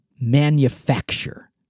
manufacture